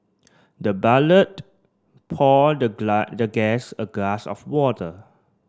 the poured the the guest a glass of water